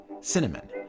Cinnamon